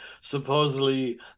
supposedly